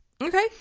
okay